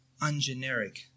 ungeneric